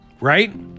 Right